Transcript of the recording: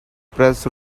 press